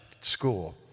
school